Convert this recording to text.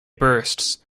bursts